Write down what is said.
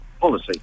policy